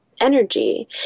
energy